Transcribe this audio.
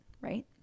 right